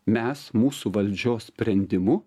mes mūsų valdžios sprendimu